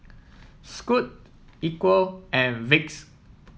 Scoot Equal and Vicks